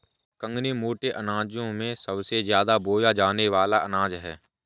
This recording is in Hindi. कंगनी मोटे अनाजों में सबसे ज्यादा बोया जाने वाला अनाज है